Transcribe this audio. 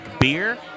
beer